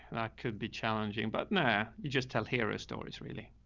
that could be challenging, but nah, you just tell hero stories really.